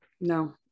No